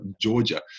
Georgia